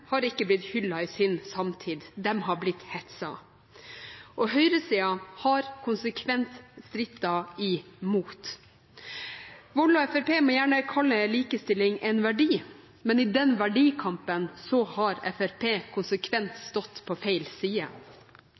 har ikke blitt hyllet i sin samtid, de har blitt hetset, og høyresiden har konsekvent strittet imot. Wold og Fremskrittspartiet må gjerne kalle likestilling en verdi, men i den verdikampen har Fremskrittspartiet konsekvent stått på feil side.